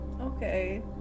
Okay